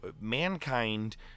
Mankind